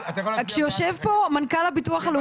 כשיושב פה מנכ"ל הביטוח הלאומי?